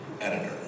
Editor